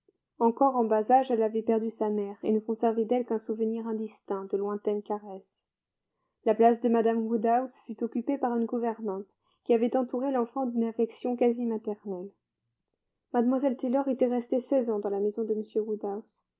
encore en bas âge elle avait perdu sa mère et ne conservait d'elle qu'un souvenir indistinct de lointaines caresses la place de mme woodhouse fut occupée par une gouvernante qui avait entouré l'enfant d'une affection quasi maternelle mlle taylor était restée seize ans dans la maison de